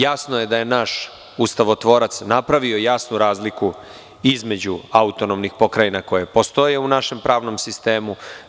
Jasno je da je naš ustavotvorac napravio jasnu razliku između autonomnih pokrajina koje postoje u našem pravnom sistemu.